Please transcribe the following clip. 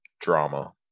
drama